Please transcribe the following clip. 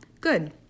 Good